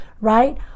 right